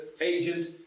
agent